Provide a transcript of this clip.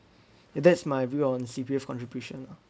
ya that's my view on C_P_F contribution uh